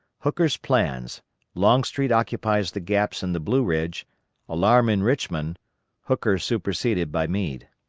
hooker's plans longstreet occupies the gaps in the blue ridge alarm in richmond hooker superseded by meade.